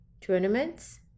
tournaments